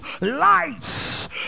lights